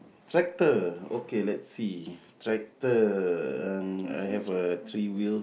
tractor okay let's see tractor uh I have a three wheels